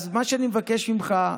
אז מה שאני מבקש ממך,